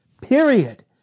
Period